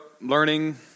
learning